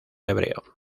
hebreo